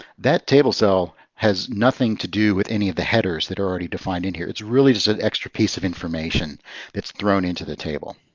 that table cell has nothing to do with any of the headers that are already defined in here. it's really just an extra piece of information that's thrown into the table.